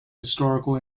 historical